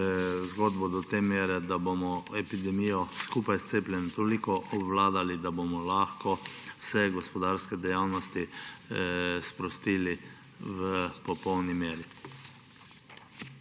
zgodbo do te mere, da bomo epidemijo skupaj s cepljenjem toliko obvladali, da bomo lahko vse gospodarske dejavnosti sprostili v popolni meri.